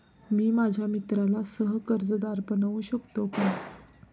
मी माझ्या मित्राला सह कर्जदार बनवू शकतो का?